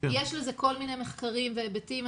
יש לזה כל מיני מחקרים והיבטים,